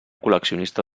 col·leccionista